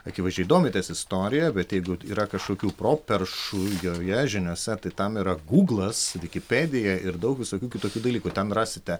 akivaizdžiai domitės istorija bet jeigu yra kažkokių properšų joje žiniose tai tam yra gūglas vikipedija ir daug visokių kitokių dalykų ten rasite